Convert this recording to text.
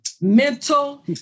mental